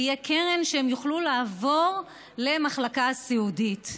ותהיה קרן שהם יוכלו לעבור למחלקה הסיעודית.